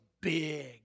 big